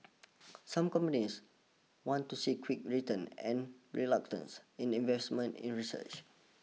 some companies want to see quick returns and reluctance in investment in research